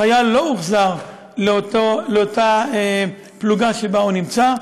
החייל לא הוחזר לאותה פלוגה שבה הוא נמצא.